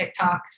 tiktoks